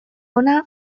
hona